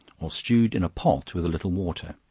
or stewed in a pot with a little water.